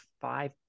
five